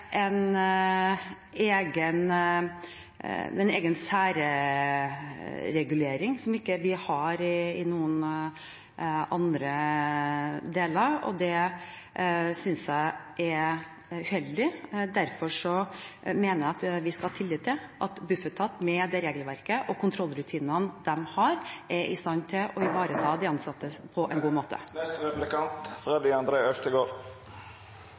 en egen særregulering som vi ikke har i noen andre etater. Jeg mener vi skal ha tillit til at Bufetat, med det regelverket og de kontrollrutinene de har, er i stand til å ivareta de ansatte på en god måte.